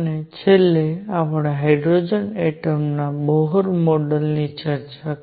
અને છેલ્લે આપણે હાઇડ્રોજન એટમના બોહર મોડેલની ચર્ચા